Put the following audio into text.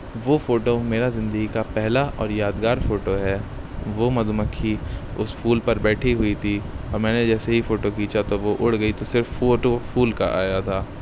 وہ فوٹو میرا زندگی کا پہلا اور یادگار فوٹو ہے وہ مدھو مکھی اس پھول پر بیٹھی ہوئی تھی اور میں نے جیسے ہی فوٹو کھینچا تو وہ اڑ گئی تو صرف فوٹو پھول کا آیا تھا